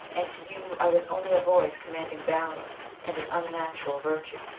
and to you i was only a voice commanding valour and an unnatural virtue.